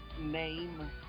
name